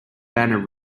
banner